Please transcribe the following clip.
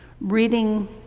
reading